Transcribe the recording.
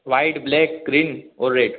white black green और red